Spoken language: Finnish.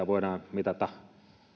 voidaan mitata